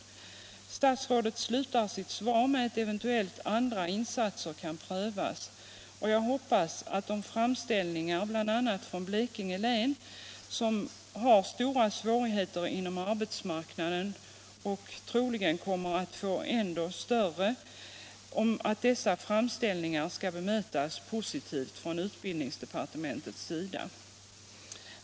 praktikarbete för Statsrådet slutar sitt svar med att andra insatser eventuellt kan prövas, ungdom och jag hoppas att om framställningar görs bl.a. från Blekinge län, som har stora svårigheter inom arbetsmarknaden och troligen kommer att få ännu större sådana, man kommer att ge dem ett positivt bemötande från utbildningsdepartementet.